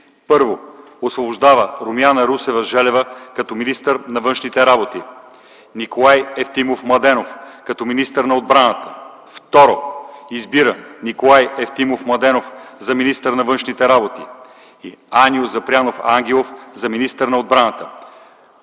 1. Освобождава Румяна Русева Желева като министър на външните работи и Николай Евтимов Младенов като министър на отбраната. 2. Избира Николай Евтимов Младенов за министър на външните работи и Аню Запрянов Ангелов за министър на отбраната.”